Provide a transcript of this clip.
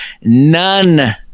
none